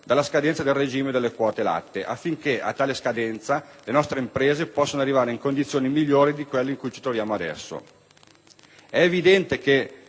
dalla scadenza del regime delle quote latte e affinché a tale scadenza le nostre imprese possano arrivare in condizioni migliori di quelle in cui ci troviamo adesso. È evidente che,